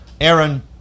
Aaron